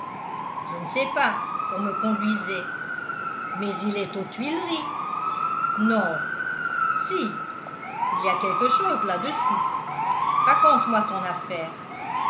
je ne sais pas on me conduisait mais il est aux tuileries non si il y a quelque chose là-dessous raconte-moi ton affaire